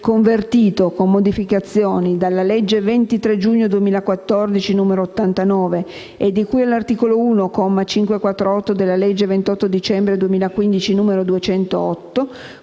convertito, con modificazioni, dalla legge 23 giugno 2014, n. 89 e di cui all'articolo 1, comma 548 della legge 28 dicembre 2015, n. 208,